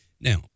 Now